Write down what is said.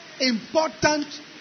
important